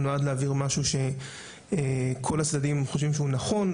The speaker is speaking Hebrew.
שנועד להבהיר משהו שכל הצדדים חושבים שהוא נכון,